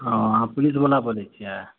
हँ अहाँ पुलिसबला बजैत छियै